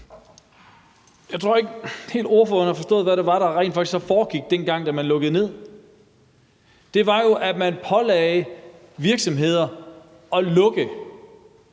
Jeg tror ikke helt, ordføreren har forstået, hvad det var, der rent faktisk foregik, dengang man lukkede ned. Det var jo, at man pålagde virksomheder at lukke;